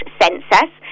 census